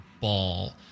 ball